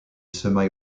semi